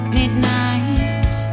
midnight